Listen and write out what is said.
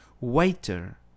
waiter